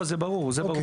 לא, זה ברור, זה ברור.